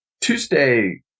Tuesday